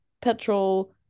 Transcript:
petrol